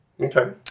Okay